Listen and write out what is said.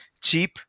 cheap